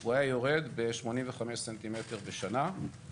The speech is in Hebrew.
הוא היה יורד ב-85 ס"מ בשנה,